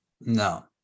no